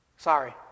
sorry